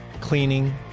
cleaning